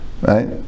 Right